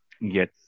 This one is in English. Yes